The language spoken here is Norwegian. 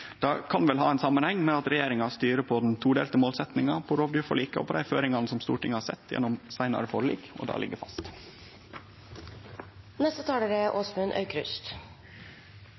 Det kan ha ein samanheng med at regjeringa styrer på den todelte målsettinga, på rovdyrforliket og på dei føringane Stortinget har sett gjennom seinare forlik, og det ligg